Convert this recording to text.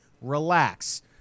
Relax